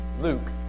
Luke